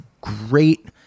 great